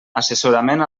assessorament